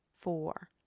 four